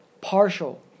partial